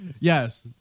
Yes